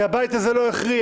כי הבית הזה לא הכריע,